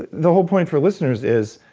the whole point for listeners is,